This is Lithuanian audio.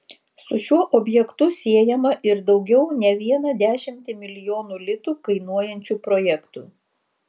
su šiuo objektu siejama ir daugiau ne vieną dešimtį milijonų litų kainuojančių projektų